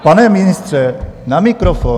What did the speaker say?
Pane ministře, na mikrofon!